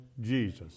Jesus